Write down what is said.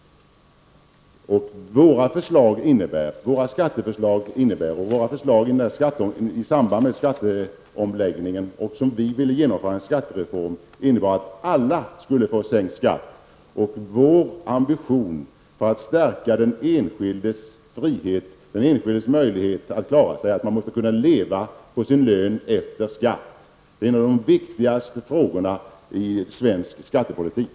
Våra skatteförslag som vi vill genomföra i samband med skatteomläggningen innebär en skattereform som skulle ge alla sänkt skatt. Vår ambition är att stärka den enskildes frihet och den enskildes möjlighet att klara sig och kunna leva på sin lön efter skatt. Detta är en av de viktigaste frågorna i svensk skattepolitik.